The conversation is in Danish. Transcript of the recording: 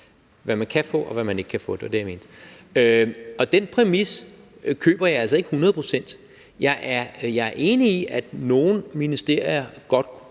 hvad man ikke kan få aktindsigt i, og den præmis køber jeg altså ikke hundrede procent. Jeg er enig i, at nogle ministerier godt kunne